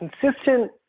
consistent